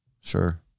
Sure